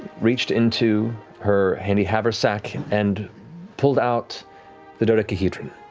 reached into her handy haversack and pulled out the dodecahedron,